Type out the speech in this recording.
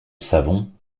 savons